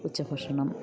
ഉച്ച ഭക്ഷണം